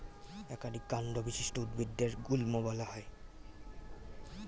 একাধিক কান্ড বিশিষ্ট উদ্ভিদদের গুল্ম বলা হয়